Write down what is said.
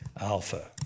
Alpha